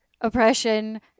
oppression